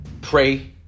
pray